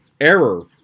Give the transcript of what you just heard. Error